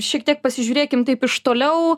šiek tiek pasižiūrėkim taip iš toliau